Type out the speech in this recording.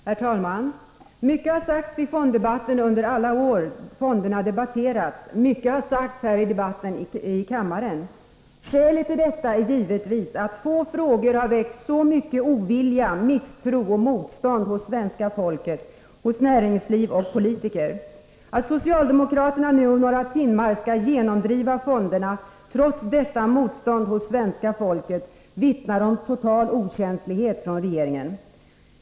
Herr talman! Mycket har sagts i fonddebatten under alla de år löntagarfonder debatterats, och mycket har sagts i debatten här i kammaren. Skälet till detta är givetvis att få frågor väckt så mycket ovilja, misstro och motstånd hos svenska folket, i näringslivet och hos politiker. Att socialdemokraterna nu om några timmar skall genomdriva fonderna trots detta motstånd hos svenska folket vittnar om total okänslighet i regeringen.